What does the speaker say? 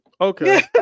Okay